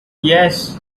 yes